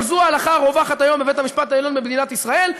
אבל זו ההלכה הרווחת היום בבית-המשפט העליון במדינת ישראל.